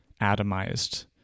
atomized